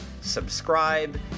subscribe